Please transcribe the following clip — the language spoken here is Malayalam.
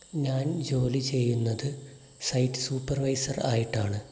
ഞാൻ ജോലി ചെയ്യുന്നത് സൈറ്റ് സൂപ്പർവൈസർ ആയിട്ടാണ്